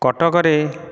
କଟକରେ